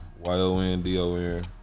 y-o-n-d-o-n